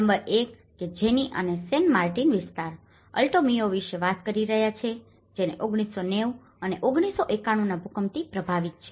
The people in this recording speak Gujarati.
નંબર 1 કે જેની અમે સેન માર્ટિન વિસ્તાર અલ્ટો મેયો વિશે વાત કરી રહ્યા છીએ જે 1990 અને 1991 ના ભૂકંપથી પ્રભાવિત છે